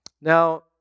Now